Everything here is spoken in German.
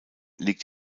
liegt